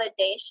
validation